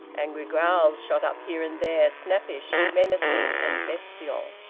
angry growls shot up here and there, snappish, menacing, and bestial.